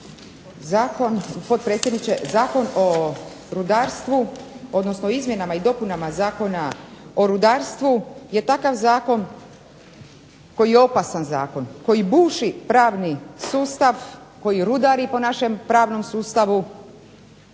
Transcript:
Zakon o rudarstvu, odnosno izmjenama i dopunama Zakona o rudarstvu je takav zakon koji je opasan zakon, koji buši pravni sustav, koji rudari po našem pravnom sustavu